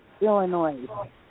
Illinois